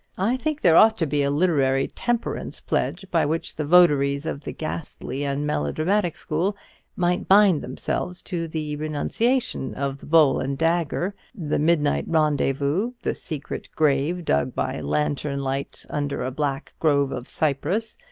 i think there ought to be a literary temperance pledge by which the votaries of the ghastly and melodramatic school might bind themselves to the renunciation of the bowl and dagger, the midnight rendezvous, the secret grave dug by lantern-light under a black grove of cypress,